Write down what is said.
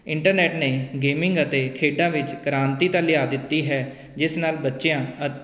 internet ਨੇ gaming ਅਤੇ ਖੇਡਾਂ ਵਿੱਚ ਕ੍ਰਾਂਤੀ ਤਾਂ ਲਿਆ ਦਿੱਤੀ ਹੈ ਜਿਸ ਨਾਲ ਬੱਚਿਆਂ